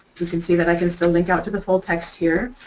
you can see that i can still link out to the full text here.